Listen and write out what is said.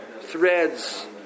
threads